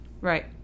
right